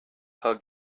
hug